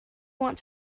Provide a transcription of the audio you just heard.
want